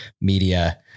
media